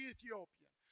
Ethiopian